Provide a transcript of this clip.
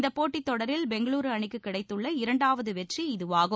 இந்த போட்டி தொடரில் பெங்களுரு அணிக்கு கிடைத்துள்ள இரண்டாவது வெற்றி இதுவாகும்